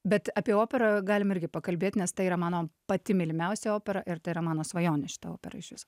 bet apie operą galim irgi pakalbėt nes tai yra mano pati mylimiausia opera ir tai yra mano svajonė šita opera išvis